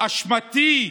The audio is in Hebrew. אשמתי,